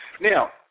Now